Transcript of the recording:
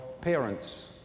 parents